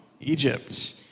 Egypt